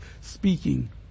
speaking